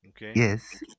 Yes